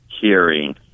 hearing